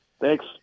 Thanks